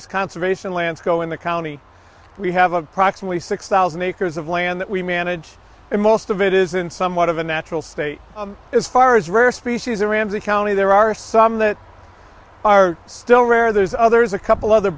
as conservation lands go in the county we have approximately six thousand acres of land that we manage and most of it is in somewhat of a natural state as far as rare species in ramsey county there are some that are still rare there's others a couple other